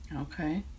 Okay